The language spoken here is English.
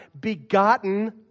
begotten